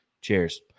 Cheers